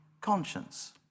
conscience